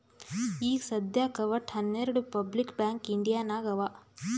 ಈಗ ಸದ್ಯಾಕ್ ವಟ್ಟ ಹನೆರ್ಡು ಪಬ್ಲಿಕ್ ಬ್ಯಾಂಕ್ ಇಂಡಿಯಾ ನಾಗ್ ಅವಾ